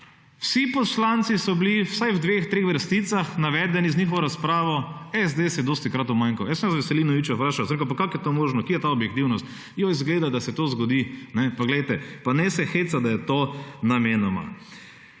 vsi poslanci so bili vsaj v dveh, treh vrsticah navedeni z njihovo razpravo, SD se je dostikrat umanjkal. Jaz sem Veselinoviča vprašal, sem rekel, pa kako je to možno, kje je ta objektivnost, joj izgleda da se to zgodi. Pa poglejte, pa ne se hecati, da je to namenoma.